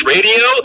Radio